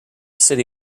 city